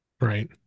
right